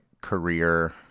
career